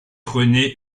rené